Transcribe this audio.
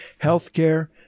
healthcare